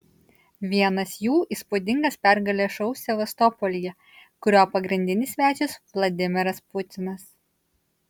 vienas jų įspūdingas pergalės šou sevastopolyje kurio pagrindinis svečias vladimiras putinas